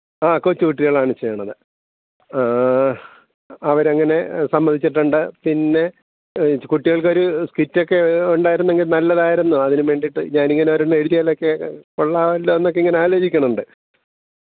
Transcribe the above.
അ കൊച്ചു കുട്ടികളാണ് ചെയ്യുന്നത് അവരങ്ങനെ സമ്മതിച്ചിട്ടുണ്ട് പിന്നെ കുട്ടികൾക്കൊരു സ്കിറ്റൊക്കെ ഉണ്ടായിരുന്നെങ്കിൽ നല്ലതായിരുന്നു അതിനു വേണ്ടിയിട്ട് ഞാനിങ്ങനെ ഒരെണ്ണം എഴുതിയാലൊക്കെ കൊള്ളാമല്ലോയെന്നൊക്കെ ഇങ്ങനെ ആലോചിക്കുന്നുണ്ട്